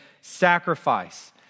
sacrifice